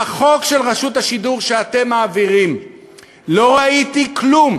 בחוק רשות השידור שאתם מעבירים לא ראיתי כלום